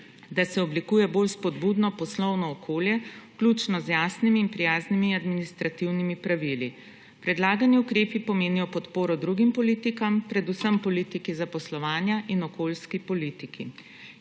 da se oblikuje bolj spodbudno poslovno okolje, vključno z jasnimi in prijaznimi administrativnimi pravili. Predlagani ukrepi pomenijo podporo drugim politikam, predvsem politiki zaposlovanja in okoljski politiki.